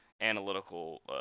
analytical